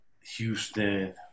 Houston